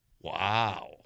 Wow